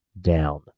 down